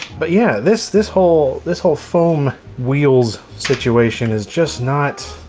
but yeah this this whole this whole foam wheels situation is just not,